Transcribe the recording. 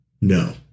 No